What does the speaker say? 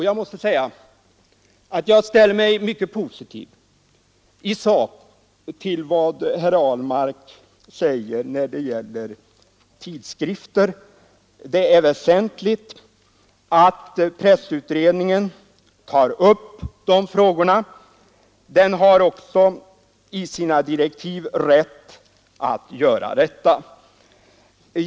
Jag måste säga att jag i sak ställer mig mycket positiv till vad herr Ahlmark säger när det gäller tidskrifter. Det är väsentligt att pressutredningen tar upp dessa frågor. Den har också enligt sina direktiv rätt att göra det.